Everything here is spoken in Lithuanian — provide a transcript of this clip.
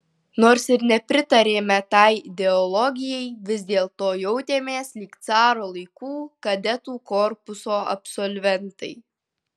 nors ir nepritarėme tai ideologijai vis dėlto jautėmės lyg caro laikų kadetų korpuso absolventai